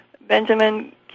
Benjamin